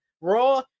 Raw